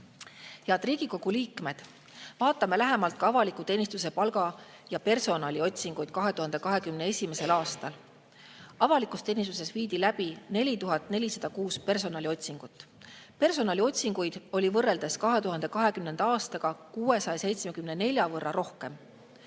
Head Riigikogu liikmed! Vaatame lähemalt ka avaliku teenistuse personaliotsinguid 2021. aastal. Avalikus teenistuses viidi läbi 4406 personaliotsingut. Personaliotsinguid oli võrreldes 2020. aastaga 674 võrra rohkem.